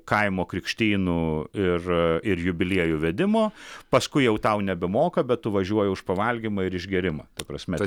kaimo krikštynų ir ir jubiliejų vedimo paskui jau tau nebemoka bet tu važiuoji už pavalgymą ir išgėrimą ta prasme